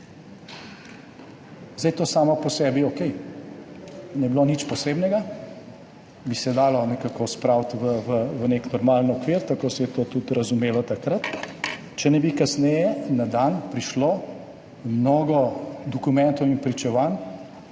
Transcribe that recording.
To je samo po sebi okej, ni bilo nič posebnega, bi se dalo nekako spraviti v nek normalen okvir, tako se je to tudi takrat razumelo, če ne bi kasneje na dan prišlo mnogo dokumentov in pričevanj,